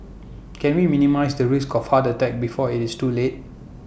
can we minimise the risk of heart attack before IT is too late